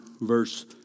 verse